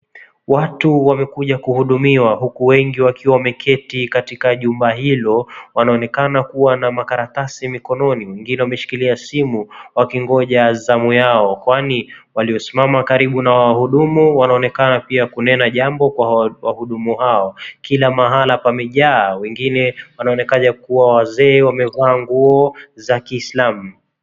Watu wamekuja kuhudumiwa huku wengi wakiwa wameketi katika jumba hilo wanaonekana kuwa na makaratasi mkononi wengine wameshikilia simu wakingoja zamu yao kwani waliosimama karibu na wahudumu wanaonekana pia kunena jambo kwa wahudumu hao kila mahala pameja wengine wanaonekana kuwa wazee wamevaa nguo za Kiislamu.